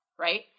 right